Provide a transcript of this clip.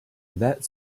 that